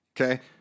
okay